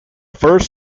first